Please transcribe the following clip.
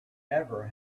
ever